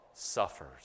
suffers